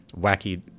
wacky